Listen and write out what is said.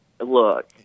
look